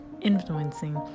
influencing